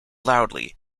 loudly